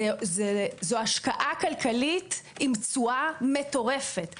זו השקעה כלכלית עם תשואה מטורפת.